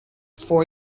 four